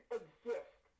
exist